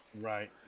Right